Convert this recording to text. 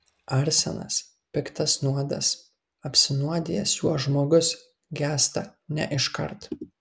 arsenas piktas nuodas apsinuodijęs juo žmogus gęsta ne iškart